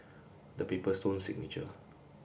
the Paper Stone Signature